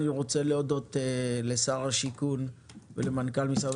אני רוצה להודות לשר הבינוי והשיכון ולמנכ"ל משרד